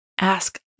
Ask